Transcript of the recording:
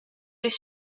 des